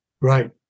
Right